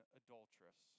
adulteress